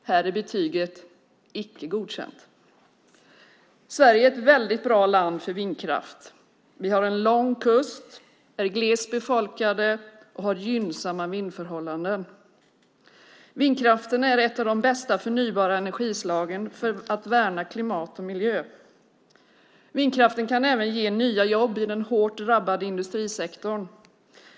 Här är betyget Icke godkänd. Sverige är ett bra land för vindkraft. Sverige har en lång kust, är glest befolkat och har gynnsamma vindförhållanden. Vindkraften är ett av de bästa förnybara energislagen för att värna klimat och miljö. Vindkraften kan även ge nya jobb i den hårt drabbade industrisektorn.